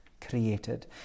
created